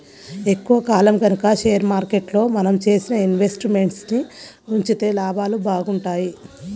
ఎక్కువ కాలం గనక షేర్ మార్కెట్లో మనం చేసిన ఇన్వెస్ట్ మెంట్స్ ని ఉంచితే లాభాలు బాగుంటాయి